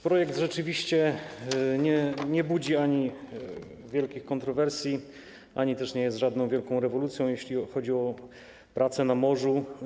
Projekt rzeczywiście nie budzi wielkich kontrowersji ani też nie jest żadną wielką rewolucją, jeśli chodzi o pracę na morzu.